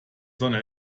sonne